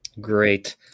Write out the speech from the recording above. Great